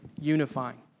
unifying